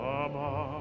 Mama